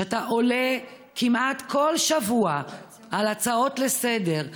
כשאתה עונה כמעט כל שבוע על הצעות לסדר-היום,